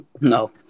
No